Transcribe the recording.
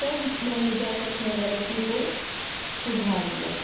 تب میں نے جا کے اپنے غلطی کو سدھار لیا